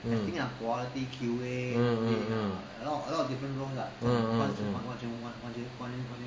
mm mm mm mm mm mm mm